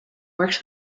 works